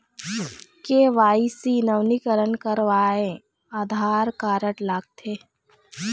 KYC नवीनीकरण करवाये Aadhaar card लगथे?